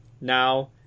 Now